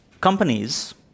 Companies